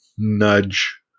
nudge